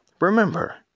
Remember